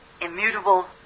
immutable